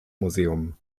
museum